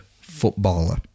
Footballer